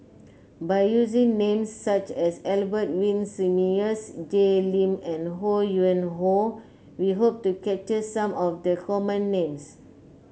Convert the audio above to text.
by using names such as Albert Winsemius Jay Lim and Ho Yuen Hoe we hope to capture some of the common names